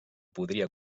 podria